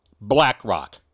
BlackRock